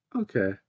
okay